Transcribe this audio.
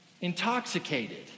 intoxicated